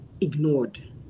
ignored